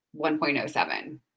1.07